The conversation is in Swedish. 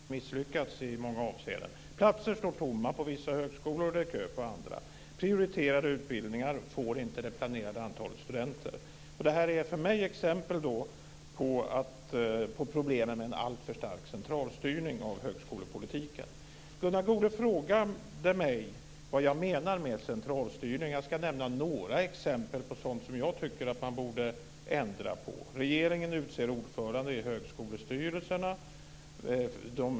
Herr talman! Man har misslyckats med att uppnå statsmakternas mål för den högre utbildningen i många avseenden. Platser står tomma på vissa högskolor, och det är kö på andra. Prioriterade utbildningar får inte det planerade antalet studenter. Detta är för mig exempel på problemen med en alltför stark centralstyrning av högskolepolitiken. Gunnar Goude frågade mig vad jag menar med centralstyrning. Jag ska nämna några exempel på sådant som jag tycker att man borde ändra på. Regeringen utser ordförandena i högskolestyrelserna.